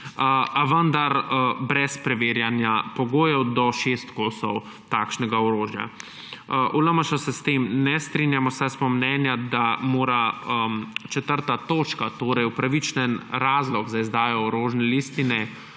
a vendar brez preverjanja pogojev do šest kosov takšnega orožja. V LMŠ se s tem ne strinjamo, saj smo mnenja, da v 4. točki se mora upravičen razlog za izdajo orožne listine